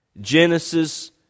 Genesis